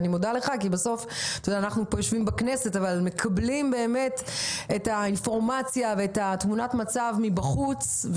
אנחנו פה בכנסת מקבלים את האינפורמציה ואת תמונת המצב מבחוץ,